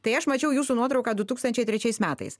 tai aš mačiau jūsų nuotrauką du tūkstančiai trečiais metais